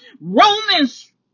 Romans